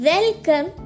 Welcome